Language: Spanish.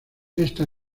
esta